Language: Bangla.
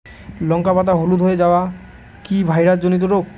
লঙ্কা পাতা হলুদ হয়ে যাওয়া কি ভাইরাস জনিত রোগ?